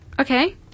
okay